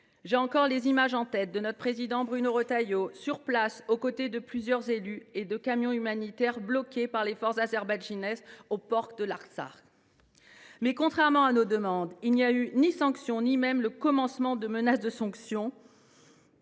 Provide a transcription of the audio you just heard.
J’ai encore en tête les images du président de notre groupe, Bruno Retailleau, sur place, aux côtés de plusieurs élus et de camions humanitaires bloqués par les forces azerbaïdjanaises, aux portes de l’Artsakh. Toutefois, contrairement à nos demandes, il n’y a eu ni sanctions ni même commencement de menace de sanctions.